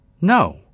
No